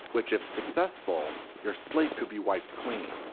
which if successful, your slate could be wiped clean.